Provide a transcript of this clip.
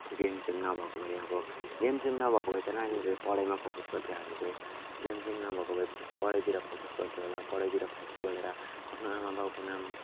गेम्सहरू नभएको भए अब गेमसेम नभएको भए त नानीहरू पढाइमा फोकस गर्थ्यो हामीले गेमसेम नभएको भए पढाइतिर फोकस गर्थ्यो होला पढाइतिर फोकस बढेर आफ्नो आमाबाबुको नाम